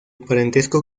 parentesco